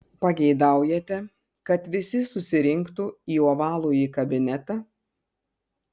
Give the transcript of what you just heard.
pageidaujate kad visi susirinktų į ovalųjį kabinetą